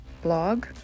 blog